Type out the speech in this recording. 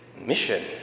mission